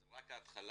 זו רק ההתחלה.